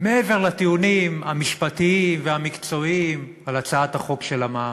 מעבר לטיעונים המשפטיים והמקצועיים על הצעת החוק של המע"מ.